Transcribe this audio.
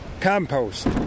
compost